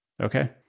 Okay